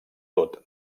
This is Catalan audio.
tot